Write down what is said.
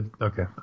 okay